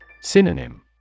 Synonym